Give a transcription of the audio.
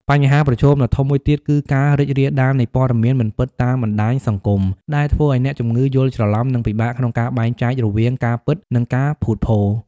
បញ្ហាប្រឈមដ៏ធំមួយទៀតគឺការរីករាលដាលនៃព័ត៌មានមិនពិតតាមបណ្តាញសង្គម ដែលធ្វើឱ្យអ្នកជំងឺយល់ច្រឡំនិងពិបាកក្នុងការបែងចែករវាងការពិតនិងការភូតភរ។